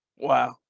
Wow